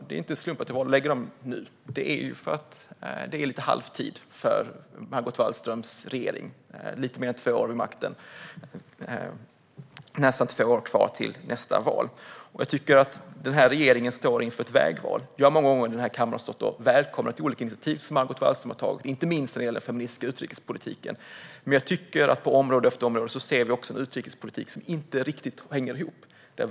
Det är inte en slump att jag valde att ställa dessa interpellationer nu. Det är nämligen halvtid för Margot Wallströms regering efter lite mer än två år vid makten och med nästan två år kvar till nästa val. Jag tycker att den här regeringen står inför ett vägval. Jag har många gånger här i kammaren stått och välkomnat olika initiativ som Margot Wallström har tagit, inte minst beträffande den feministiska utrikespolitiken. Men på område efter område ser vi en utrikespolitik som inte riktigt hänger ihop.